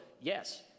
yes